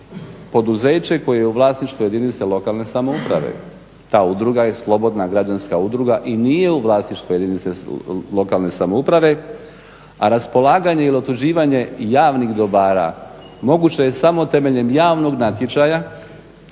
poduzeće koje je u vlasništvu jedinice lokalne samouprave. Ta udruga je slobodna građanska udruga i nije u vlasništvu jedinice lokalne samouprave. A raspolaganje ili utvrđivanje javnih dobara moguće je samo temeljem javnog natječaja